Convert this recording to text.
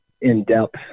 in-depth